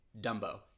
Dumbo